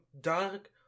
dark